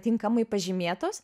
tinkamai pažymėtos